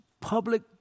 public